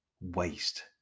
waste